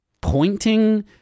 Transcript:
pointing